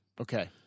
Okay